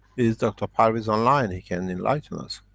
is dr. parviz online? he can enlighten us?